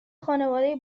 خونواده